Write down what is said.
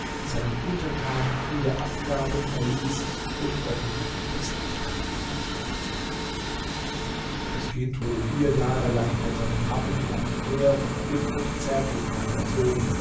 seinen untertanen viele abgaben erließ und öffentliche festlichkeiten veranstaltete das kind wurde vier jahre lang von seinen ammen in einem meer von glück und zärtlichkeit erzogen